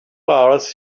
hours